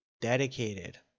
dedicated